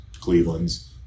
Cleveland's